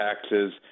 taxes